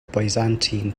byzantine